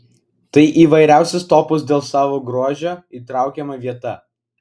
tai į įvairiausius topus dėl savo grožio įtraukiama vieta